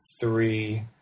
three